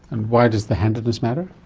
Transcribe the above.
and why does the handedness matter?